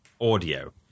audio